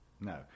No